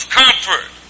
comfort